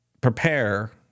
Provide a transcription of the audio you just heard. prepare